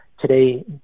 Today